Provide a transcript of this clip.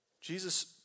Jesus